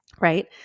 right